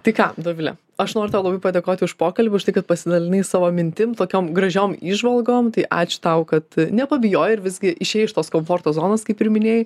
tai ką dovile aš noriu tau labai padėkoti už pokalbį už tai kad pasidalinai savo mintim tokiom gražiom įžvalgom tai ačiū tau kad nepabijojai ir visgi išėjai iš tos komforto zonos kaip ir minėjai